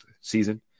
season